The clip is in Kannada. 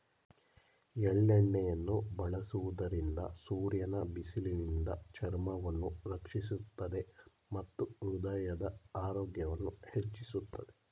ಎಳ್ಳೆಣ್ಣೆಯನ್ನು ಬಳಸುವುದರಿಂದ ಸೂರ್ಯನ ಬಿಸಿಲಿನಿಂದ ಚರ್ಮವನ್ನು ರಕ್ಷಿಸುತ್ತದೆ ಮತ್ತು ಹೃದಯದ ಆರೋಗ್ಯವನ್ನು ಹೆಚ್ಚಿಸುತ್ತದೆ